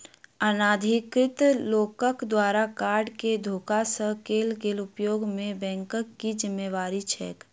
अनाधिकृत लोकक द्वारा कार्ड केँ धोखा सँ कैल गेल उपयोग मे बैंकक की जिम्मेवारी छैक?